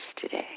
today